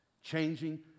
changing